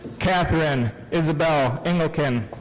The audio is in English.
katherine isabelle engelken.